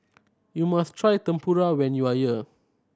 you must try Tempura when you are here